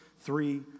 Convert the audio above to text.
three